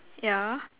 yeah